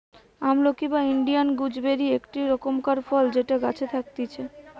আমলকি বা Indian gooseberry একটো রকমকার ফল যেটা গাছে থাকতিছে